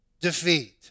defeat